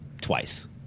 Twice